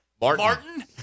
Martin